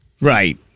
right